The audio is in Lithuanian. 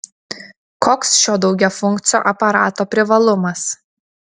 koks šio daugiafunkcio aparato privalumas